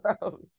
gross